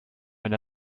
wenn